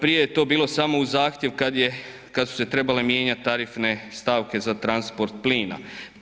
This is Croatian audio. Prije je to bilo samo uz zahtjev kad su se trebale mijenjati tarifne stavke za transport plina.